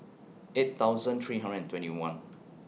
eight thousand three hundred and twenty one